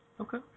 Okay